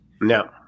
No